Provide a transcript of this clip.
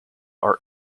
are